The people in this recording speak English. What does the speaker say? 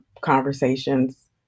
conversations